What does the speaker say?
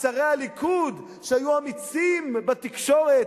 שרי הליכוד שהיו אמיצים בתקשורת,